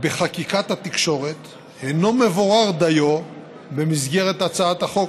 בחקיקת התקשורת, אינו מבורר דיו במסגרת הצעת החוק.